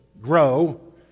grow